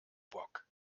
bock